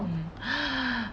mm